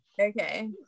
Okay